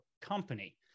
company